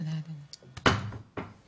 הישיבה ננעלה בשעה 13:15.